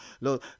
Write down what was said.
Lord